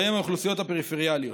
ובהן אוכלוסיות פריפריאליות.